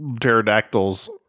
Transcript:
pterodactyls